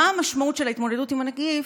מה המשמעות של ההתמודדות עם הנגיף,